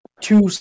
two